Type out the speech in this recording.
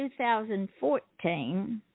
2014